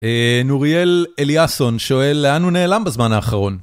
נוריאל אליאסון שואל, לאן הוא נעלם בזמן האחרון?